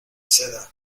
seda